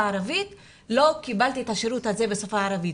הערבית לא קיבלתי את השירות הזה בשפה הערבית.